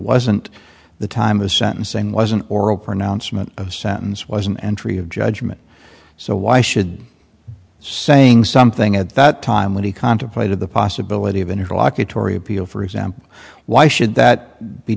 wasn't the time the sentencing was an oral pronouncement of sentence was an entry of judgment so why should saying something at that time when he contemplated the possibility of an interlocutory appeal for example why should that be